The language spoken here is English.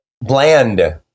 bland